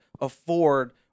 afford